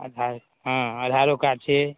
आधार हँ आधारो कार्ड छै